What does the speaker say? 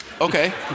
Okay